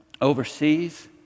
overseas